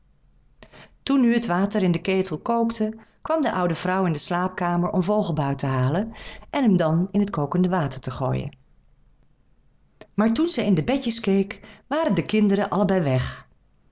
toen nu het water in den ketel kookte kwam de oude vrouw in de slaapkamer om vogelbuit te halen en hem dan in het kokende water te gooien maar toen zij in de bedjes keek waren de kinderen allebei weg